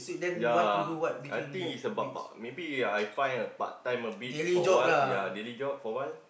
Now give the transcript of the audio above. ya I think is about about maybe I find a part time a bit for a while ya daily job for a while